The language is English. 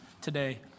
today